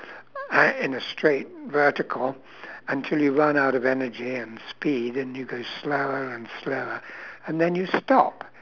and in a straight vertical until you run out of energy and speed and you go slower and slower and then you stop